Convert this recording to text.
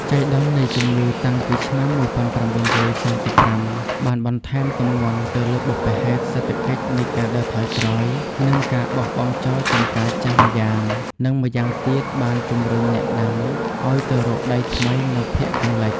ចៃដន្យនៃជំងឺតាំងពីឆ្នាំ ១៩៣៥ បានបន្ថែមទម្ងន់ទៅលើបុព្វ ហេតុសេដ្ឋកិច្ចនៃការដើរថយក្រោយ និងការបោះបង់ចោលចម្ការចាស់ម្យ៉ាង និងម្យ៉ាង ទៀតបានជំរុញអ្នកដាំ ឱ្យទៅរកដីថ្មីនៅភាគខាងលិច។